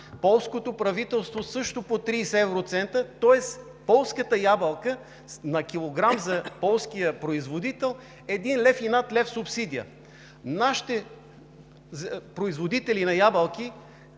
Полското правителство също по 30 евроцента, тоест полската ябълка на килограм за полския производител е един лев и над лев субсидия. Субсидията за нашите производители на ябълки